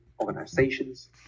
organizations